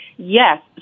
Yes